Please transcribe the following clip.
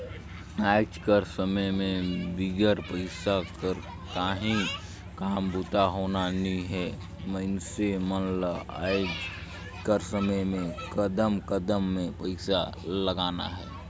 आएज कर समे में बिगर पइसा कर काहीं काम बूता होना नी हे मइनसे मन ल आएज कर समे में कदम कदम में पइसा लगना हे